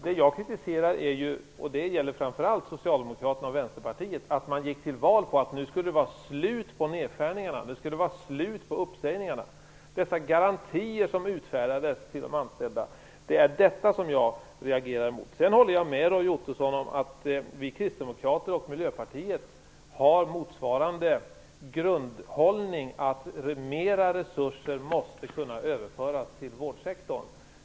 Det jag kritiserar - och det gäller framför allt Socialdemokraterna och Vänsterpartiet - är att man gick till val på att det nu skulle vara slut på nedskärningarna, att det skulle vara slut på uppsägningarna. Det jag reagerar mot är dessa garantier som utfärdades till de anställda. Jag håller med Roy Ottosson om att vi kristdemokrater och Miljöpartiet har en gemensam grundhållning, dvs. att mer resurser måste kunna överföras till vårdsektorn.